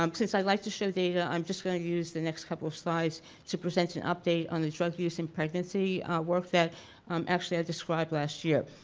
um since i like to show data i'm just gonna use the next couple slides to present an update on the drug use in pregnancy work that um actually i described last year.